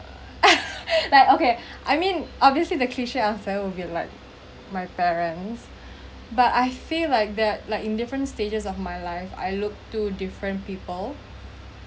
like okay I mean obviously the cliche answer will be like my parents but I feel like that like in different stages of my life I look to different people